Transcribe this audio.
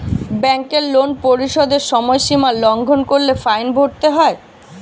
ব্যাংকের লোন পরিশোধের সময়সীমা লঙ্ঘন করলে ফাইন ভরতে হয়